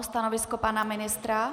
Stanovisko pana ministra?